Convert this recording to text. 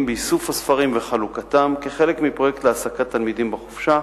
באיסוף הספרים וחלוקתם כחלק מפרויקט להעסקת תלמידים בחופשה,